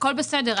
הכול בסדר.